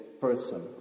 person